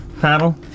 paddle